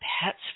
pets